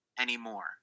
anymore